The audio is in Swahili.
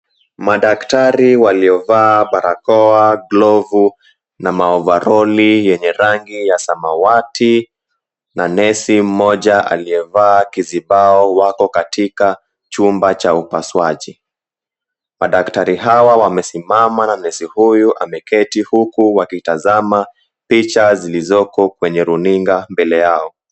Madaktari waliovaa barakoa, glovu na maovaroli yenye rangi ya samawati na nesi mmoja liyevaa kizibao wapo katika chumba cha upasuaji. Madaktari hawa wamesimama na nesi huyu ameketi huku wakitazama picha zilizoko kwenye runinga mbele yao.